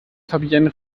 fabienne